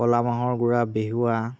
ক'লা মাহৰ গুৰা বেহুৱা